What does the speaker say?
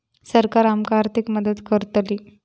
सरकार आमका आर्थिक मदत करतली?